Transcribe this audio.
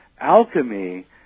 Alchemy